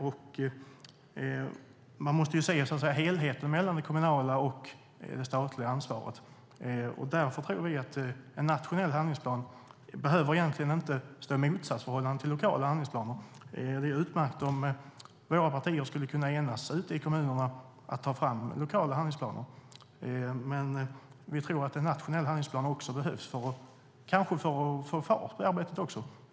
Helheten måste ses mellan det kommunala och statliga ansvaret. Därför tror vi att en nationell handlingsplan inte behöver stå i motsatsförhållande till lokala handlingsplaner. Det är utmärkt om våra partier kan enas i kommunerna om att ta fram lokala handlingsplaner. Men vi tror att det också behövs en nationell handlingsplan för att få fart på arbetet.